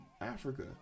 Africa